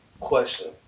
Question